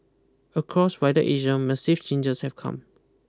across wider Asia massive changes have come